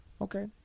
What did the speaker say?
Okay